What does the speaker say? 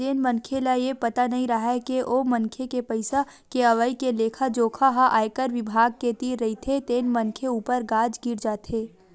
जेन मनखे ल ये पता नइ राहय के ओ मनखे के पइसा के अवई के लेखा जोखा ह आयकर बिभाग के तीर रहिथे तेन मनखे ऊपर गाज गिर जाथे